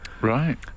Right